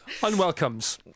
Unwelcomes